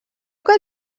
que